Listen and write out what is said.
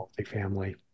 multifamily